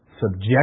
Subject